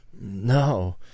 no